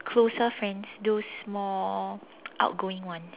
closer friends those more outgoing one